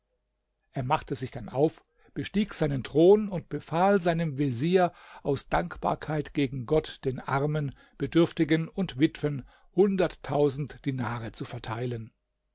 er machte sich dann auf bestieg seinen thron und befahl seinem vezier aus dankbarkeit gegen gott den armen bedürftigen und witwen hunderttausend dinare zu verteilen